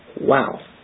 Wow